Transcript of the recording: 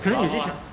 可能有自杀